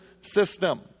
system